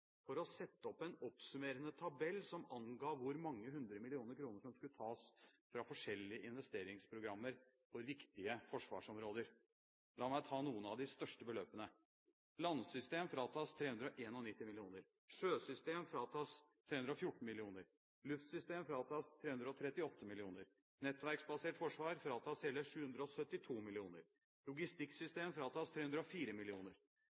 å sette opp en oppsummerende tabell som anga hvor mange hundre millioner kroner som skulle tas fra forskjellige investeringsprogrammer for viktige forsvarsområder. La meg ta noen av de største beløpene: Landsystem fratas 391 mill. kr, sjøsystem fratas 314 mill. kr, luftsystem fratas 338 mill. kr, Nettverksbasert forsvar fratas hele 772